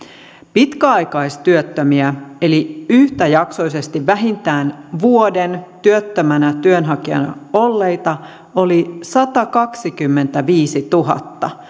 pitkäaikaistyöttömiä eli yhtäjaksoisesti vähintään vuoden työttömänä työnhakijana olleita oli satakaksikymmentäviisituhatta